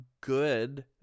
good